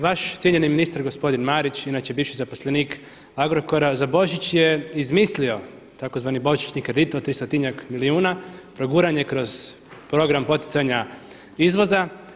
Vaš cijenjeni ministar gospodin Marić, inače bivši zaposlenik Agrokora za Božić je izmislio tzv. božićni kredit od tristotinjak milijuna, proguran je kroz program poticanja izvoza.